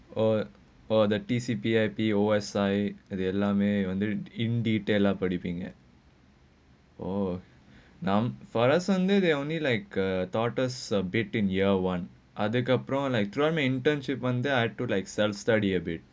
uh for the T_C_P_I_P_O_S_I the அதே எல்லாம்மே:athae ellaammae in detail lah படிப்பீங்கே:padippeengae the teller for leaping at orh now for us under only like only like a taught us a bit in year one other அதுக்கே அப்புறம்:athukkae appuram like join internship one time I took like self study a bit